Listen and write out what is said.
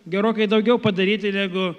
gerokai daugiau padaryti negu